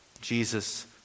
Jesus